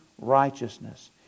righteousness